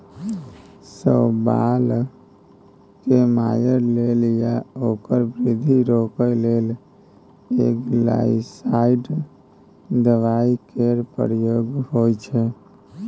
शैबाल केँ मारय लेल या ओकर बृद्धि रोकय लेल एल्गासाइड दबाइ केर प्रयोग होइ छै